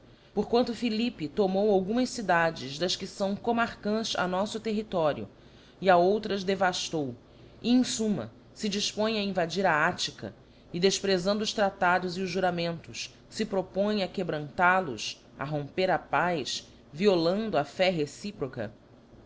quanto philippe tomou algumas cidades das que fáo comarcas a noffo território e a outras dcvaftou e cm fumma fe difpõe a invadir a attica e defprefando os traílados e os juramentos fe propõe a quebrantal os a romper a paz violando a fc reciproca